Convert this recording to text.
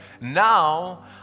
now